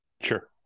sure